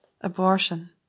abortion